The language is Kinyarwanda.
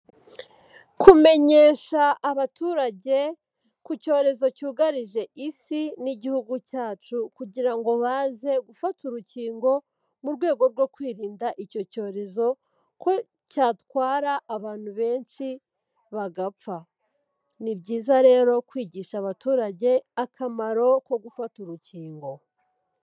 Kumenyesha abaturage ku cyorezo cyugarije Isi n'igihugu cyacu, kugira ngo baze gufata urukingo mu rwego rwo kwirinda icyo cyorezo ko cyatwara abantu benshi bagapfa. Ni byiza rero kwigisha abaturage akamaro ko gufata urukingo.